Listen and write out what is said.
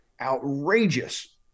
outrageous